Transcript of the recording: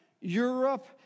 Europe